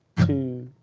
two,